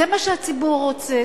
זה מה שהציבור רוצה,